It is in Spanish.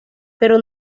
pero